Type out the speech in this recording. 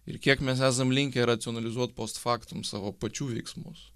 ir kiek mes esam linkę racionalizuot post faktum savo pačių veiksmus